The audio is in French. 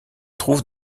trouve